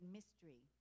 Mystery